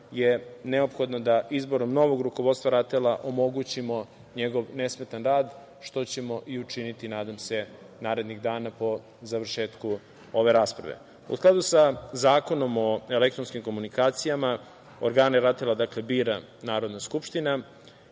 Neophodno je da izborom novog rukovodstva RATEL-a omogućimo njegov nesmetan rad, što ćemo i učiniti, nadam se, narednih dana, po završetku ove rasprave.U skladu sa Zakonom o elektronskim komunikacijama organe RATEL-a bira Narodna skupština